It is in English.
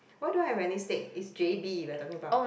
why don't have any state it's j_b we're talking about